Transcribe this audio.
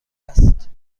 است